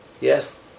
Yes